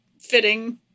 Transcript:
fitting